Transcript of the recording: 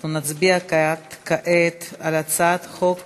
אנחנו נצביע כעת על הצעת חוק